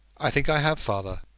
i think i have, father.